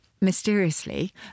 mysteriously